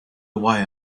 away